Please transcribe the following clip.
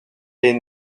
est